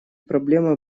проблемой